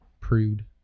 prude